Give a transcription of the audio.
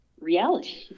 Reality